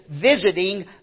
visiting